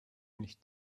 nicht